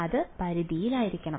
വിദ്യാർത്ഥി അത് പരിധിയിലായിരിക്കണം